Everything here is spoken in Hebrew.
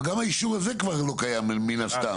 גם האישור הזה כבר לא קיים, מן הסתם.